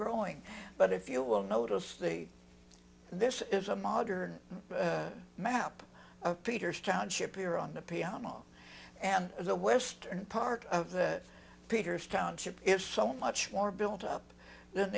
growing but if you will notice they this is a modern map of peter's township here on the piano and the western part of that peter's township if so much more built up